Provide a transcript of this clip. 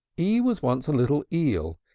e was once a little eel,